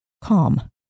calm